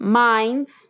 minds